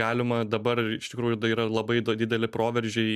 galima dabar iš tikrųjų tai yra labai dideli proveržiai